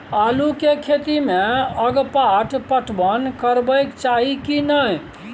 आलू के खेती में अगपाट पटवन करबैक चाही की नय?